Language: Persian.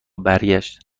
برگشت